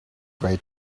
great